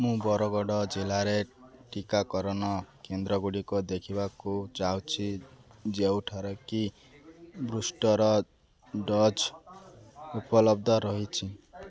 ମୁଁ ବରଗଡ଼ ଜିଲ୍ଲାରେ ଟିକାକରଣ କେନ୍ଦ୍ରଗୁଡ଼ିକ ଦେଖିବାକୁ ଚାହୁଁଛି ଯେଉଁଠାରେକି ବୁଷ୍ଟର୍ ଡୋଜ୍ ଉପଲବ୍ଧ ରହିଛି